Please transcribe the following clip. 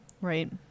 Right